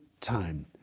time